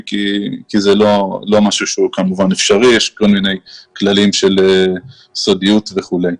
כי זה לא משהו שהוא כמובן אפשרי מאחר שיש כל מיני כללים של סודיות וכולי.